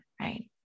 right